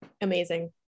Amazing